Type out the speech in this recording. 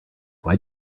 why